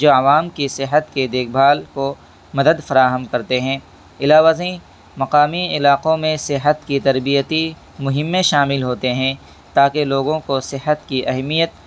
جو عوام کی صحت کے دیکھ بھال کو مدد فراہم کرتے ہیں علاوہ ازیں مقامی علاقوں میں صحت کی تربیتی مہم میں شامل ہوتے ہیں تاکہ لوگوں کو صحت کی اہمیت